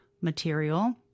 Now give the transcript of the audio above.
material